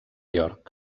york